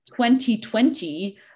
2020